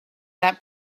that